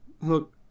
Look